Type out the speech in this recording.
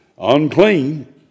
unclean